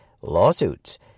Lawsuits